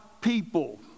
people